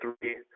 three